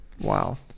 Wow